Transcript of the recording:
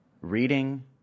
reading